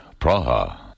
Praha